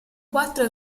quattro